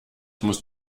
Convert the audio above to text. musst